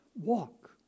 Walk